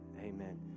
Amen